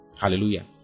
Hallelujah